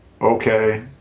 okay